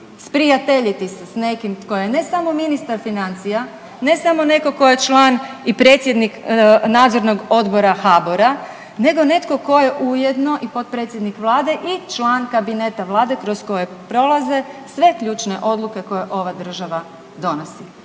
sprijateljiti se s nekim tko je ne samo ministar financija, ne samo netko tko je član i predsjednik nadzornog odbora HBOR-a nego netko tko je ujedno i potpredsjednik vlade i član kabineta vlade kroz koje prolaze sve ključne odluke koje ova država donosi.